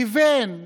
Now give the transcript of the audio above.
כיוון למגמה,